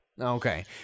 Okay